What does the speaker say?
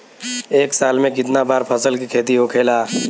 एक साल में कितना बार फसल के खेती होखेला?